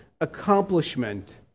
accomplishment